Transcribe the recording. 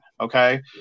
okay